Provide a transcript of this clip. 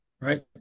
right